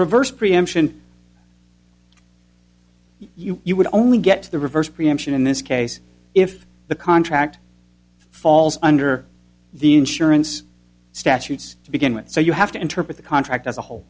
reverse preemption you you would only get to the reverse preemption in this case if the contract falls under the insurance statutes to begin with so you have to interpret the contract as a whole